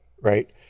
right